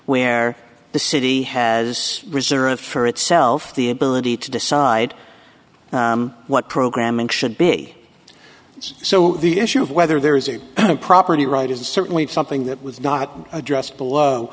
where the city has reserved for itself the ability to decide what programming should be it's so the issue of whether there is a property right is certainly something that was not addressed